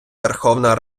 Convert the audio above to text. верховна